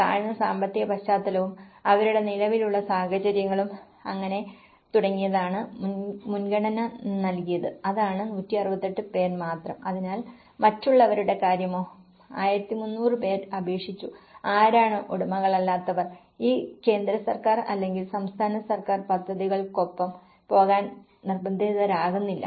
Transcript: താഴ്ന്ന സാമ്പത്തിക പശ്ചാത്തലവും അവരുടെ നിലവിലുള്ള സാഹചര്യങ്ങളും അങ്ങനെ തുടങ്ങിയാണ് മുൻഗണന നൽകിയത് അതാണ് 168 പേർ മാത്രം അതിനാൽ മറ്റുള്ളവരുടെ കാര്യമോ 1300 പേർ അപേക്ഷിച്ചു ആരാണ് ഉടമകളല്ലാത്തവർ ഈ കേന്ദ്ര സർക്കാർ അല്ലെങ്കിൽ സംസ്ഥാന സർക്കാർ പദ്ധതികൾക്കൊപ്പം പോകാൻ നിര്ബന്ധിദരാകുന്നില്ല